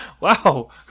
Wow